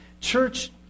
Church